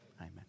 Amen